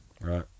Right